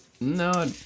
No